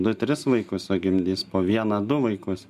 du tris vaikus o gimdys po vieną du vaikus